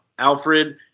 Alfred